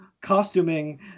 costuming